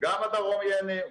גם הדרום ייהנה,